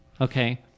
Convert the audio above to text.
okay